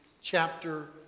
chapter